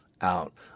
out